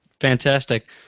fantastic